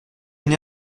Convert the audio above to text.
n’ai